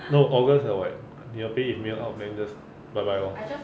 no august liao eh 你的 pay 有没有 out meh just bye bye lor